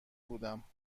بودم